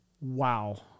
Wow